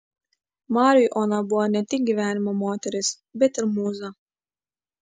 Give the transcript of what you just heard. mariui ona buvo ne tik gyvenimo moteris bet ir mūza